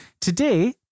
Today